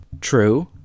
true